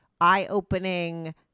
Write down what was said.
eye-opening